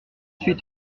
suis